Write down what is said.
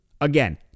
Again